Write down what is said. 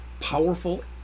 powerful